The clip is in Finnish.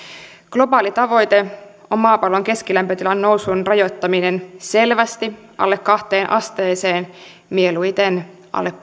globaali tavoite on maapallon keskilämpötilan nousun rajoittaminen selvästi alle kahteen asteeseen mieluiten alle